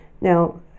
Now